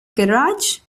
garage